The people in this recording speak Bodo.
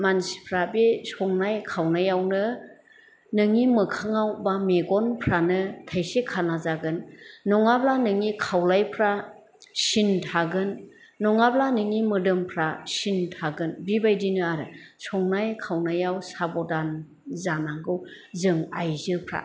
मानसिफ्रा बे संनाय खावनायावनो नोंनि मोखाङाव बा मेगनफ्रानो थाइसे खाना जागोन नङाब्ला नोंनि खावलायफ्रा सिन थागोन नङाब्ला नोंनि मोदोमफ्रा सिन थागोन बिबायदिनो आरो संनाय खावनायाव साबधान जानांगौ जों आयजोफ्रा